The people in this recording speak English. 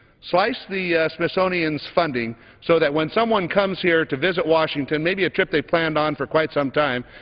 slice the smithsonian's funding so that when someone comes here to visit washington, maybe a trip they planned on for quite some time,